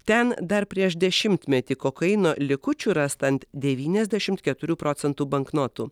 ten dar prieš dešimtmetį kokaino likučių rasta ant devyniasdešimt keturių procentų banknotų